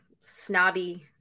snobby